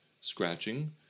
scratching